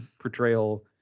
portrayal